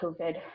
COVID